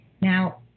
Now